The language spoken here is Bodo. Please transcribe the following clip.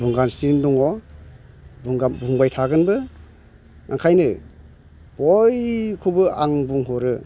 बुंगासिनो दङ बुंबाय थागोनबो ओंखायनो बयखौबो आं बुंहरो